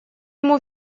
ему